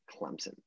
Clemson